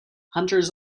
hunters